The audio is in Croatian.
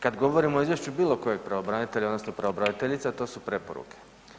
Kada govorimo o izvješću bilo kojeg pravobranitelja odnosno pravobraniteljice, a to su preporuke.